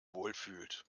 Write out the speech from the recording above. wohlfühlt